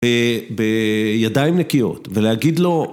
בידיים נקיות ולהגיד לו